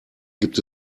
gibt